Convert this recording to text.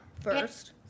first